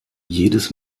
jedes